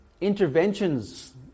interventions